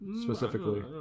specifically